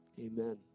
Amen